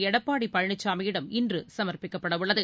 எடப்பாடிபழனிசாமியிடம் இன்றுசமர்ப்பிக்கப்படவுள்ளது